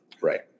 Right